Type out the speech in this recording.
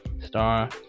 star